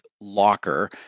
locker